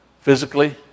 physically